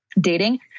dating